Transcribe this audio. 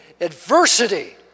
adversity